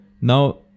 Now